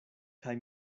kaj